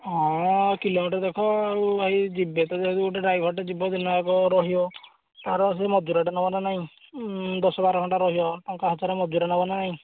ହଁ କିଲୋମିଟର୍ ଦେଖ ଆଉ ଭାଇ ଯିବେ ତ ଯେହେତୁ ଗୋଟେ ଡ୍ରାଇଭର୍ଟେ ଯିବ ଦିନଯାକ ରହିବ ତା'ର ସେ ମଜୁରିଟା ନେବ ନାଁ ନାହିଁ ଦଶ ବାର ଘଣ୍ଟା ରହିବ ଟଙ୍କା ହଜାରେ ମଜୁରୀ ନେବ ନା ନାହିଁ